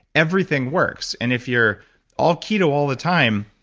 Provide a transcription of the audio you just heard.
everything works, and if you're all keto all the time.